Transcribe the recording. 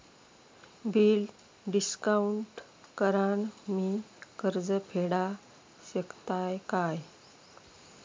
Bill discount करान मी कर्ज फेडा शकताय काय?